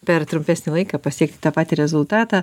per trumpesnį laiką pasiekti tą patį rezultatą